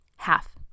Half